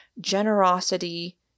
generosity